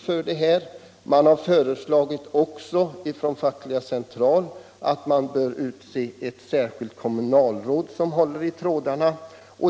Från Fackliga centralorganisationen har också föreslagits att ett särskilt kommunalråd utses som håller i trådarna.